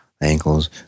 ankles